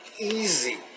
easy